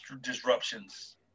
disruptions